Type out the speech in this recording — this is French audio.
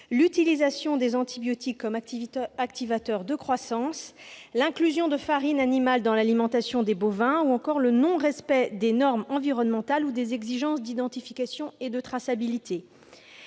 l'utilisation des antibiotiques comme activateurs de croissance, l'inclusion de farines animales dans l'alimentation des bovins ou encore le non-respect des normes environnementales ou des exigences d'identification et de traçabilité.